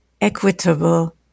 equitable